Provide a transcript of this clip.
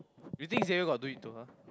you think Jayer got doing to her